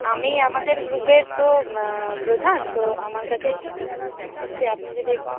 আমি আমাদের গ্রুপের তো প্রধান তো আমার কাছে এসে আপনি যদি একটু